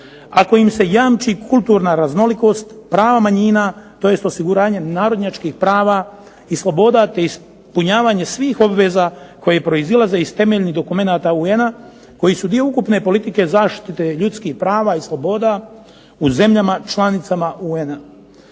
kojim se jamči kulturna raznolikost, pravo manjina, tj. osiguranje narodnjačkih prava i sloboda te ispunjavanja svih obveza koje proizlaze iz temeljnih dokumenata UN-a koji su dio ukupne politike zaštite ljudskih prava i sloboda u zemljama članicama UN-a.